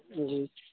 جی